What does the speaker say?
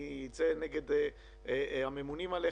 אני אצא נגד הממונים עליך,